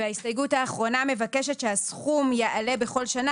ההסתייגות האחרונה מבקשת שהסכום יעלה בכל שנה